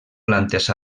plantes